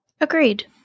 Agreed